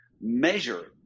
measure